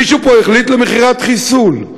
מישהו פה החליט על מכירת חיסול,